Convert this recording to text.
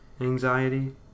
anxiety